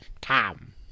Tom